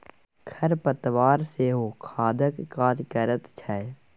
खर पतवार सेहो खादक काज करैत छै